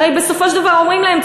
הרי בסופו של דבר אומרים להם,